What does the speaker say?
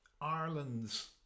Ireland's